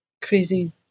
crazy